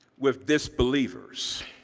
with disbelievers